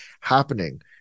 happening